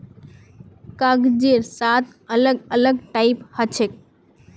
कागजेर सात अलग अलग टाइप हछेक